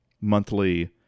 monthly